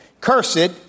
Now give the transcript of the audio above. Cursed